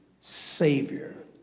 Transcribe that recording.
Savior